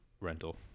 rental